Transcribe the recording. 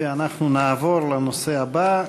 אנחנו נעבור לנושא הבא,